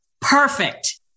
Perfect